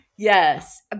Yes